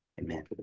Amen